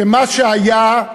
שמה שהיה,